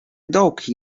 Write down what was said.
dołki